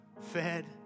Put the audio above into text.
fed